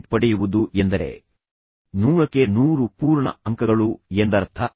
ಆದ್ದರಿಂದ ಐಐಟಿ ವ್ಯವಸ್ಥೆ ತಿಳಿದಿಲ್ಲದವರು ಹತ್ತು ಪಾಯಿಂಟ್ ಪಡೆಯುವುದು ಎಂದರೆ ನೂರಕ್ಕೆ ನೂರು ಪೂರ್ಣ ಅಂಕಗಳು ಎಂದರ್ಥ